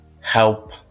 help